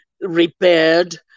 repaired